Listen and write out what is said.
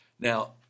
Now